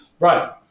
Right